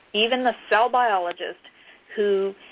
even the cell biologist who